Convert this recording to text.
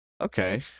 Okay